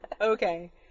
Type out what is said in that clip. Okay